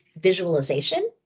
visualization